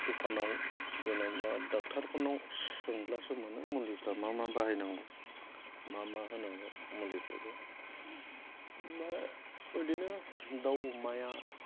दखानाव जेनबा दक्ट'रफोरनाव सोंब्लासो मोनो मुलिफोरा मा मा बाहायनांगौ मा मा होनांगौ मुलिफोरखौ होनबा बिदिनो दाउ अमाया